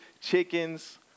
chickens